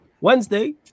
Wednesday